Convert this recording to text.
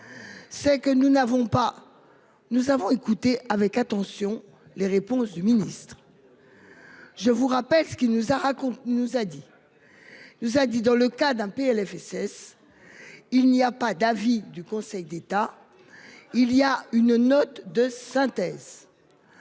pas. Nous avons écouté avec attention les réponses du ministre. Je vous rappelle ce qui nous a raconté nous a dit. Nous a dit, dans le cas d'un PLFSS. Il n'y a pas d'avis du Conseil d'État. Il y a une note de synthèse.